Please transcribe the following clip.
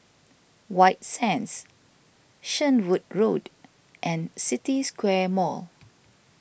White Sands Shenvood Road and City Square Mall